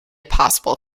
possible